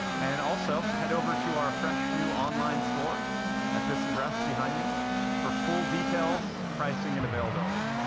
and also head over to our fresh new online store at this address behind me for full details, pricing, and availability.